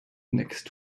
next